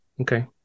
okay